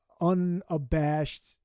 unabashed